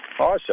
Awesome